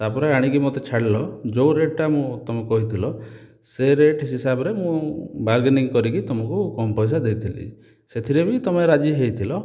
ତାପରେ ଆଣିକି ମତେ ଛାଡ଼ିଲ ଯେଉଁ ରେଟଟା ମୁଁ ତମେ କହିଥିଲ ସେ ରେଟ ହିସାବରେ ମୁଁ ବାରଗେନିଂ କରିକି ତମକୁ କମ୍ ପଇସା ଦେଇଥିଲି ସେଥିରେ ବି ତମେ ରାଜି ହେଇଥିଲ